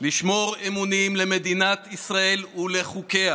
לשמור אמונים למדינת ישראל ולחוקיה,